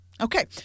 Okay